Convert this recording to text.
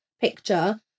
picture